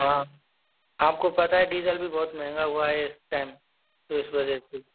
हाँ आपको पता है डीजल भी बहुत महंगा हुआ है इस टैम तो इस वजह से